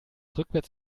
rückwärts